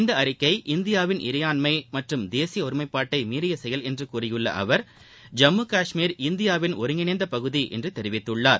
இந்த அறிக்கை இந்தியாவின் இறையாண்மை மற்றும் தேச ஒருமைப்பாட்டை மீறிய செயல் என்று கூறியுள்ள அவர் ஜம்மு காஷ்மீர் இந்தியாவின் ஒருங்கிணைந்த பகுதி என்று தெரிவித்தார்